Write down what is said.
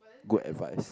good advice